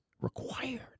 required